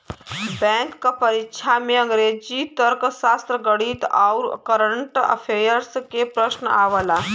bank क परीक्षा में अंग्रेजी, तर्कशास्त्र, गणित आउर कंरट अफेयर्स के प्रश्न आवला